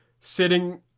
sitting